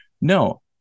No